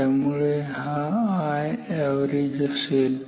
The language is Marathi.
त्यामुळे हा Iaverage असेल